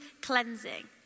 cleansing